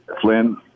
Flynn